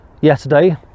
yesterday